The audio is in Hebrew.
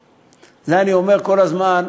על זה אני אומר כל הזמן: